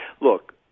Look